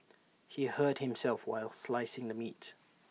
he hurt himself while slicing the meat